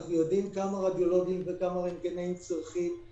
אנחנו יודעים כמה רדיולוגים וכמה רנטגנאים צריכים,